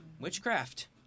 witchcraft